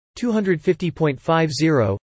250.50